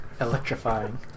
Electrifying